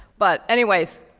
but anyways,